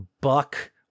buck